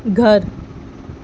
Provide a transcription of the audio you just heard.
گھر